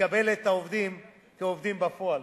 יקבל את העובדים כעובדים בפועל.